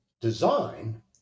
design